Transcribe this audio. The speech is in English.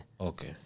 Okay